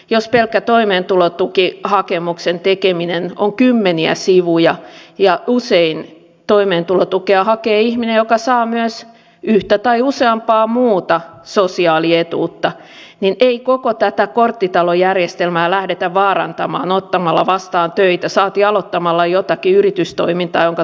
jos pelkkä toimeentulotukihakemuksen tekeminen on kymmeniä sivuja ja usein toimeentulotukea hakee ihminen joka saa myös yhtä tai useampaa muuta sosiaalietuutta niin ei koko tätä korttitalojärjestelmää lähdetä vaarantamaan ottamalla vastaan töitä saati aloittamalla jotakin yritystoimintaa jonka tulevaisuudesta ei tiedä